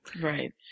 Right